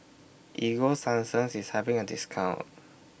Ego Sunsense IS having A discount